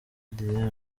dieu